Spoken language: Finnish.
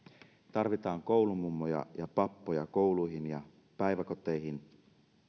tarvitaan koulumummoja ja pappoja kouluihin ja päiväkoteihin